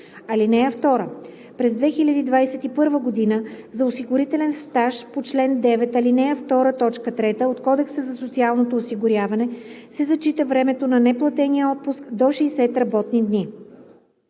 стаж. (2) През 2021 г. за осигурителен стаж по чл. 9, ал. 2, т. 3 от Кодекса за социално осигуряване се зачита времето на неплатения отпуск до 60 работни дни.“